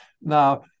Now